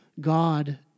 god